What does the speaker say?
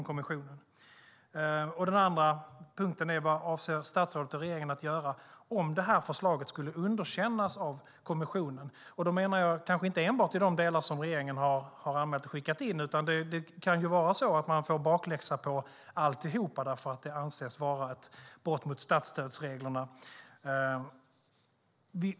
Och vad avser statsrådet och regeringen att göra om förslaget skulle underkännas av kommissionen? Då menar jag kanske inte enbart i de delar som regeringen har anmält och skickat in. Det kan bli på det sättet att man får bakläxa på alltihop eftersom det anses vara ett brott mot statsstödsreglerna.